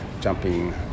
jumping